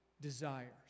desires